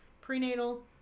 prenatal